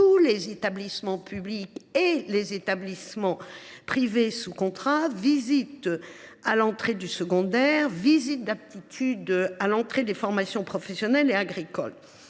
tous les établissements publics et les établissements privés sous contrat, visite à l’entrée du secondaire, visite d’aptitude à l’entrée des formations professionnelles et agricoles.